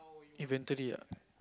eventually ah